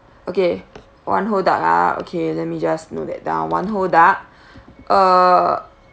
okay one whole duck ah okay let me just note that down one whole duck uh